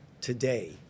today